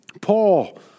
Paul